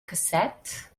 cassette